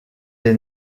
est